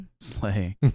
Slay